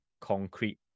concrete